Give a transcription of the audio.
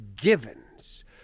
givens